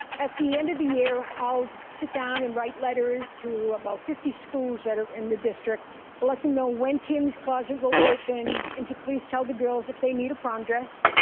at the end of the year, i'll sit down and write letters to about fifty schools that are in the district. i'll let them know when tammy's closet will open and to please tell the girls, if they need a prom dress,